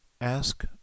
ask